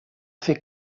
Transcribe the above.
fer